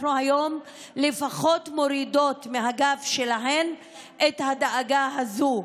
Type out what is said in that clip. אנחנו היום לפחות מורידות מהגב שלהן את הדאגה הזו.